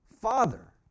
Father